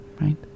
right